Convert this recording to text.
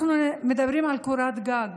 אנחנו מדברים על קורת גג,